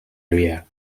area